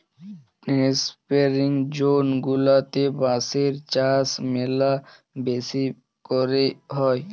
temperate zone গুলাতে বাঁশের চাষ ম্যালা বেশি ক্যরে হ্যয়